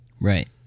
Right